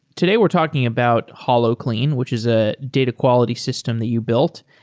today we're talking about holoclean, which is a data quality system that you built.